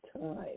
time